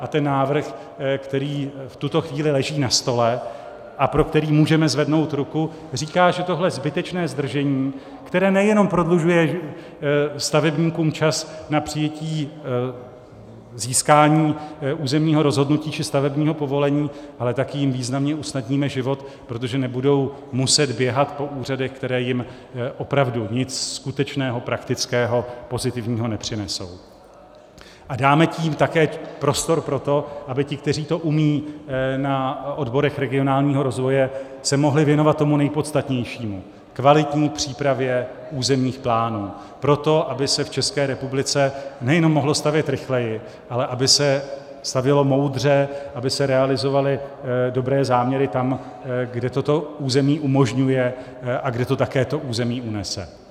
A ten návrh, který v tuto chvíli leží na stole a pro který můžeme zvednout ruku, říká, že tohle zbytečné zdržení, které nejenom prodlužuje stavebníkům čas na přijetí k získání územního rozhodnutí čí stavebního povolení, ale taky jim významně usnadníme život, protože nebudou muset běhat po úřadech, které jim opravdu nic skutečného, praktického, pozitivního nepřinesou, a dáme tím také prostor pro to, aby ti, kteří to umí na odborech regionálního rozvoje, se mohli věnovat tomu nejpodstatnějšímu, kvalitní přípravě územních plánů pro to, aby se v České republice nejenom mohlo stavět rychleji, ale aby se stavělo moudře, aby se realizovaly dobré záměry tam, kde to území umožňuje a kde to také území unese.